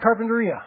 carpenteria